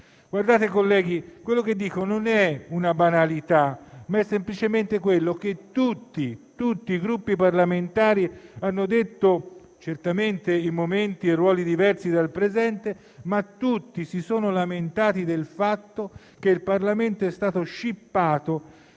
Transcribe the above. Onorevoli colleghi, quella che dico non è una banalità, ma è semplicemente quanto tutti i Gruppi parlamentari hanno detto, di certo in momenti e con ruoli diversi dal presente, lamentandosi del fatto che il Parlamento è stato scippato